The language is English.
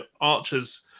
Archer's